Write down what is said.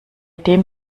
dem